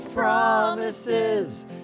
promises